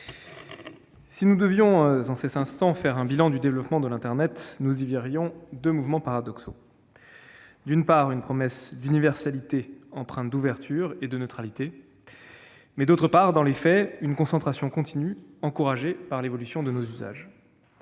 si nous devions en cet instant faire un bilan du développement de l'internet, nous y verrions deux mouvements paradoxaux : une promesse d'universalité empreinte d'ouverture et de neutralité, et une concentration continue encouragée par l'évolution de nos usages.